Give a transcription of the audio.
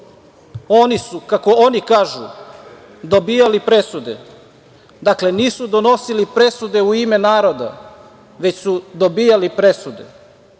Oni su, kako oni kažu, dobijali presude. Dakle, nisu donosili presude u ime naroda, već su dobijali presude. Kada